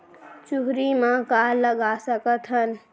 चुहरी म का लगा सकथन?